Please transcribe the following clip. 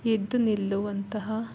ಎದ್ದು ನಿಲ್ಲುವಂತಹ